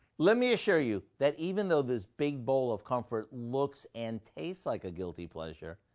let me assure you that even though this big bowl of comfort looks and tastes like a guilty pleasure,